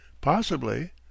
Possibly